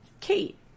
Kate